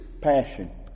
passion